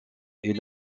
est